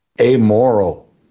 amoral